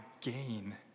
gain